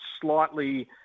slightly